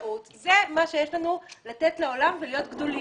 וחקלאות וזה מה שיש לנו לתת לעולם ולהיות גדולים.